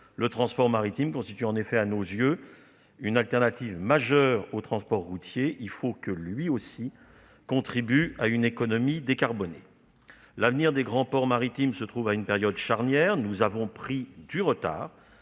le transport maritime constitue à nos yeux une alternative majeure au transport routier et il faut qu'il contribue, lui aussi, à une économie décarbonée. L'avenir des grands ports maritimes se trouve à une période charnière. Nous avons pris du retard